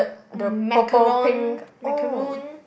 macaroon macaroon